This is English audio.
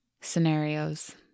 scenarios